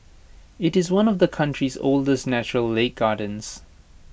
IT is one of the country's oldest natural lake gardens